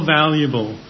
valuable